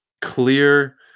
clear